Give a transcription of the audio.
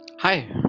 Hi